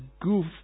goof